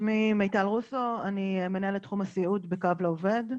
שמי מיטל רוסו, אני בעמותת 'קו לעובד'